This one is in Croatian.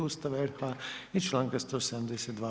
Ustava RH i članka 172.